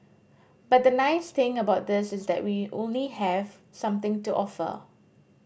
but the nice thing about this is that we only have something to offer